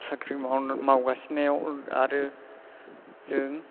साख्रि मावगासिनोआव आरो जों